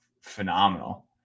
phenomenal